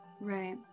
right